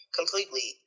completely